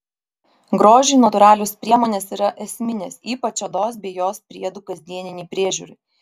grožiui natūralios priemonės yra esminės ypač odos bei jos priedų kasdieninei priežiūrai